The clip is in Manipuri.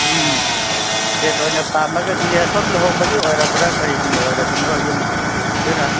ꯎꯝ ꯁꯦꯠ ꯑꯣꯏꯅ ꯄꯥꯝꯃꯒꯗꯤ ꯁꯣꯝ ꯂꯨꯍꯣꯡꯕꯒꯤ ꯑꯣꯏꯔꯕ꯭ꯔꯥ ꯀꯔꯤꯒꯤ ꯑꯣꯏꯔꯕꯅꯣ ꯌꯨꯝꯒꯤ ꯑꯣꯏꯗꯣꯏꯔꯥ